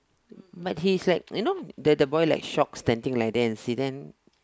but he's like you know the the boy like shocked standing like there and see then